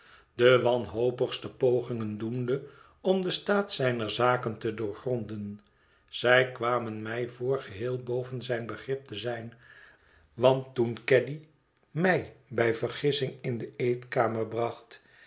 de wanhopigste pogingen doende om den staat zijner zaken te doorgronden zij kwamen mij voor geheel boven zijn begrip te zijn want toen caddy mij bij vergissing in de eetkamer bracht